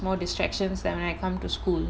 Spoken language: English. more distractions that when I come to school